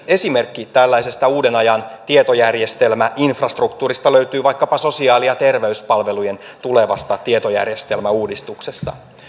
esimerkki tällaisesta uuden ajan tietojärjestelmäinfrastruktuurista löytyy vaikkapa sosiaali ja terveyspalvelujen tulevasta tietojärjestelmäuudistuksesta